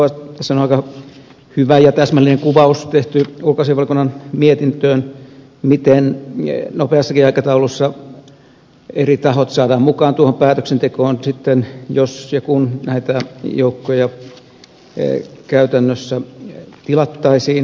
siitä on aika hyvä ja täsmällinen kuvaus tehty ulkoasiainvaliokunnan mietintöön miten nopeassakin aikataulussa eri tahot saadaan mukaan päätöksentekoon jos ja kun joukkoja käytännössä tilattaisiin käyttöön